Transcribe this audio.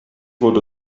wurde